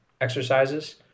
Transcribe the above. exercises